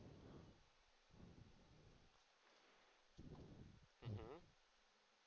mmhmm